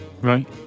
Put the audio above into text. Right